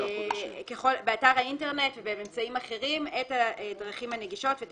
באתר האינטרנט ובאמצעים אחרים את הדרכים הנגישות ואת